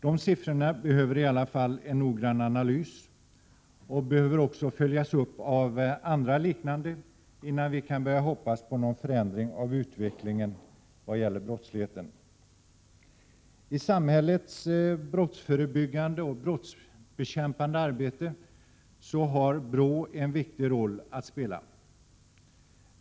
De siffrorna behöver i alla fall en noggrann analys och behöver också följas upp av andra liknande, innan vi kan börja hoppas på någon förändring av utvecklingen i vad gäller brottsligheten. I samhällets brottsförebyggande och brottsbekämpande arbete har BRÅ en viktig roll att spela.